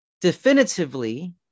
definitively